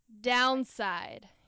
Downside